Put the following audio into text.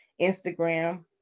Instagram